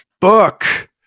book